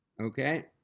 Okay